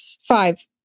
Five